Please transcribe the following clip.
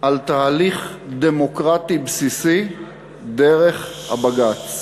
על תהליך דמוקרטי בסיסי דרך הבג"ץ.